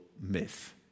myth